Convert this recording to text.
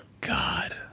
God